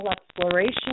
exploration